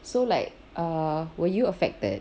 so like err were you affected